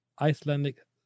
Icelandic